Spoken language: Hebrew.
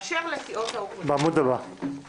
באשר לסיעות האופוזיציה בעמוד השני,